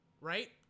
right